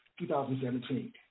2017